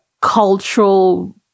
cultural